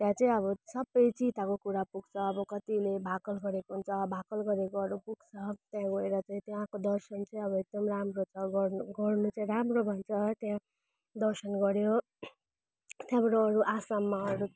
त्यहाँ चाहिँ अब सबै चिताएको कुरा पुग्छ अब कतिले भाकल गरेको हुन्छ भाकल गरेकोहरू पुग्छ त्यही भएर चाहिँ त्यहाँको दर्शन चाहिँ अब एकदम राम्रो छ गर्नु गर्नु चाहिँ राम्रो भन्छ त्यहाँ दर्शन गर्यो त्यहाँबाट अरू आसममा अरू